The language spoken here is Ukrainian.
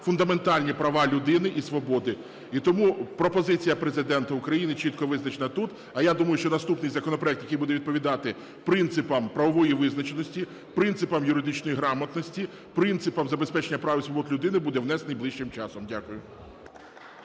фундаментальні права людини і свободи. І тому пропозиція Президента України чітко визначена тут. А я думаю, що наступний законопроект, який буде відповідати принципам правової визначеності, принципам юридичної грамотності, принципам забезпечення прав і свобод людини, буде внесений ближчим часом. Дякую.